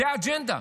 זו האג'נדה.